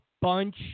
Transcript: bunch